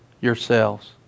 yourselves